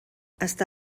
està